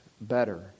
better